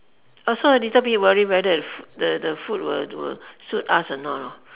also a little bit worried whether if the the food will will suit us or not